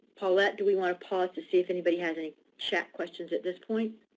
paulette, do we want to pause to see if anybody has any chat questions at this point?